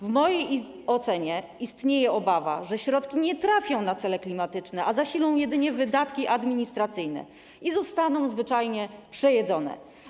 W mojej ocenie istnieje obawa, że środki nie trafią na cele klimatyczne, a jedynie zasilą wydatki administracyjne i zostaną zwyczajnie przejedzone.